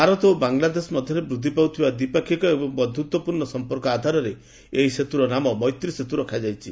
ଭାରତ ଓ ବାଙ୍ଗଲାଦେଶ ମଧ୍ୟରେ ବୃଦ୍ଧି ପାଉଥିବା ଦ୍ୱିପାକ୍ଷିକ ଏବଂ ବନ୍ଧୁତ୍ୱପୂର୍ଣ୍ଣ ସମ୍ପର୍କ ଆଧାରରେ ଏହି ସେତୁର ନାମ ମୈତ୍ରୀ ସେତୁ ରଖାଯାଇଛି